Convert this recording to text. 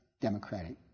democratic